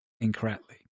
incorrectly